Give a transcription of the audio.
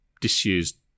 disused